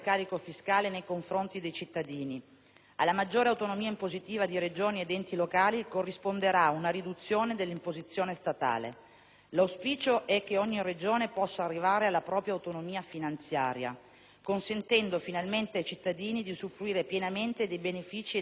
alla maggiore autonomia impositiva di Regioni ed enti locali corrisponderà una riduzione dell'imposizione statale. L'auspicio è che ogni Regione possa arrivare alla propria autonomia finanziaria, consentendo finalmente ai cittadini di usufruire pienamente dei benefìci e dei servizi derivanti dalle loro imposte.